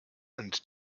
and